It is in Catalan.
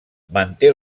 manté